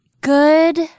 good